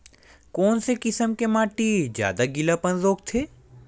कोन से किसम के माटी ज्यादा गीलापन रोकथे?